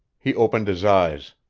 he opened his eyes.